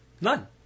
none